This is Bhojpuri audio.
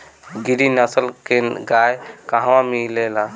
गिरी नस्ल के गाय कहवा मिले लि?